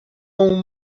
اون